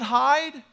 hide